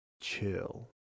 chill